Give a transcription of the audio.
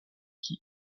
qui